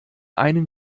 einen